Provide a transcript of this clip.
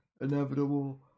inevitable